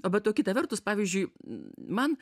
o be to kita vertus pavyzdžiui man